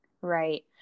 right